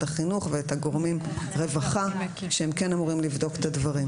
החינוך ואת גורמי הרווחה שהם כן אמורים לבדוק את הדברים.